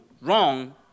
wrong